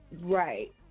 Right